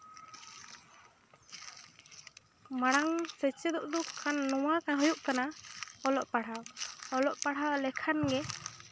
ᱢᱟᱲᱟᱟᱝ ᱥᱮᱪᱮᱫᱚᱜ ᱫᱚ ᱠᱟᱱ ᱱᱚᱣᱟ ᱦᱩᱭᱩᱜ ᱠᱟᱱᱟ ᱚᱞᱚᱜ ᱯᱟᱲᱦᱟᱣ ᱚᱞᱚᱜ ᱯᱟᱲᱦᱟᱣ ᱞᱮᱠᱷᱟᱱ ᱜᱮ